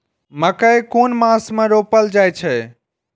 मकेय कुन मास में रोपल जाय छै?